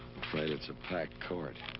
afraid it's a packed court.